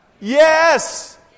Yes